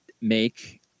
make